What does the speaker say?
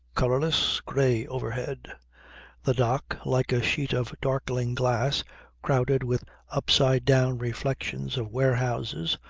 colourless, grey overhead the dock like a sheet of darkling glass crowded with upside-down reflections of warehouses,